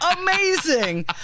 amazing